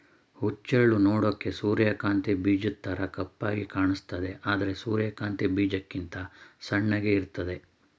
ಹುಚ್ಚೆಳ್ಳು ನೋಡೋಕೆ ಸೂರ್ಯಕಾಂತಿ ಬೀಜದ್ತರ ಕಪ್ಪಾಗಿ ಕಾಣಿಸ್ತದೆ ಆದ್ರೆ ಸೂರ್ಯಕಾಂತಿ ಬೀಜಕ್ಕಿಂತ ಸಣ್ಣಗೆ ಇರ್ತದೆ